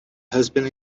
husband